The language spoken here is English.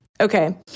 Okay